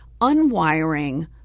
unwiring